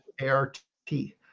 A-R-T